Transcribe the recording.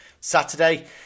Saturday